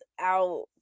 out